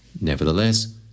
Nevertheless